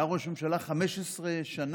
היה ראש ממשלה 15 שנה,